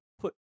put